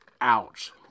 Ouch